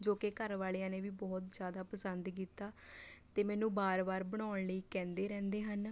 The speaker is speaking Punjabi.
ਜੋ ਕਿ ਘਰ ਵਾਲਿਆਂ ਨੇ ਵੀ ਬਹੁਤ ਜ਼ਿਆਦਾ ਪਸੰਦ ਕੀਤਾ ਅਤੇ ਮੈਨੂੰ ਬਾਰ ਬਾਰ ਬਣਾਉਣ ਲਈ ਕਹਿੰਦੇ ਰਹਿੰਦੇ ਹਨ